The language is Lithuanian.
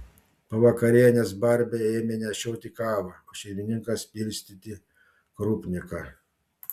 po vakarienės barbė ėmė nešioti kavą o šeimininkas pilstyti krupniką